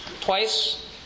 twice